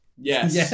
Yes